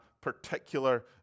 particular